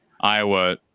Iowa